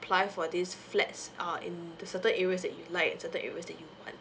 apply for these flats uh in certain areas that you like and certain areas that you want